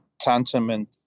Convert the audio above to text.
tantamount